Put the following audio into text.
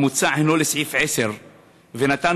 אדוני היושב-ראש, כפי שידוע לך, לא מזמן עתרנו